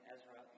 Ezra